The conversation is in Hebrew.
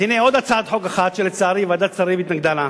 הנה עוד הצעת חוק אחת שלצערי ועדת שרים התנגדה לה.